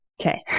Okay